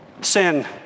sin